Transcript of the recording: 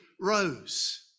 rose